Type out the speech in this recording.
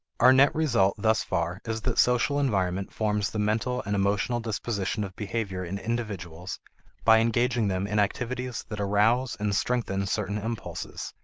our net result thus far is that social environment forms the mental and emotional disposition of behavior in individuals by engaging them in activities that arouse and strengthen certain impulses,